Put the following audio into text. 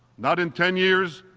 not in ten years,